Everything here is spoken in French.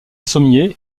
sommier